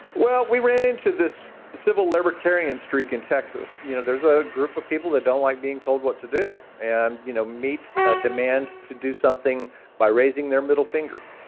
well, we ran into this civil libertarian streak in texas. you know, there's a group of people that don't like being told what to do. and, you know, meet a demand to do something by raising their middle finger.